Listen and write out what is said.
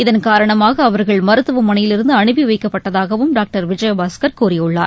இதன் காரணமாக அவர்கள் மருத்துவமனையிலிருந்து அனுப்பிவைக்கப்பட்டதாகவும் டாக்டர் விஜயபாஸ்கர் கூறியுள்ளார்